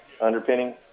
underpinning